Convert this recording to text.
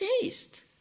taste